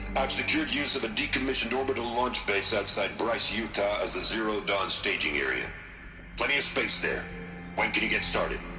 i've secured use of a decommissioned orbital launch base outside bryce utah as the zero dawn staging area plenty of space there when can you get started?